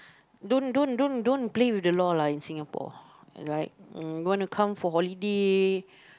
don't don't don't don't play with the law lah in Singapore you want to come for holiday